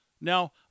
Now